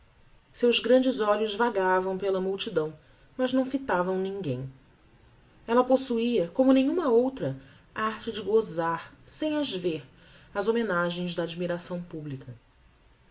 seus grandes olhos vagavam pela multidão mas não fitavam ninguem ella possuia como nenhuma outra a arte de gozar sem as ver as homenagens da admiração publica